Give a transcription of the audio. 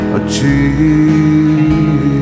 achieve